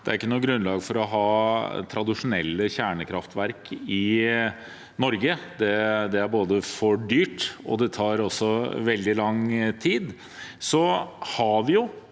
det ikke er noe grunnlag for å ha tradisjonelle kjernekraftverk i Norge – det er både for dyrt, og det tar også veldig lang tid – har vi jo